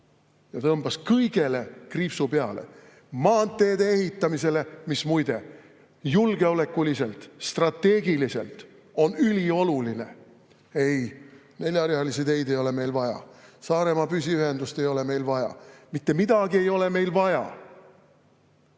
ja tõmbas kõigele kriipsu peale, ka maanteede ehitamisele, mis julgeolekuliselt ja strateegiliselt on ülioluline. Ei, neljarealisi teid ei ole meil vaja, Saaremaa püsiühendust ei ole meil vaja, mitte midagi ei ole meil vaja!